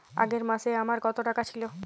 আগের মাসে আমার কত টাকা ছিল?